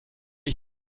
ich